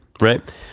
right